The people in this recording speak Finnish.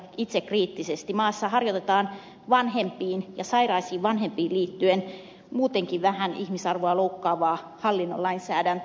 maassa harjoitetaan vanhempiin ja sairaisiin vanhempiin liittyen muutenkin vähän ihmisarvoa loukkaavaa hallinnon lainsäädäntöä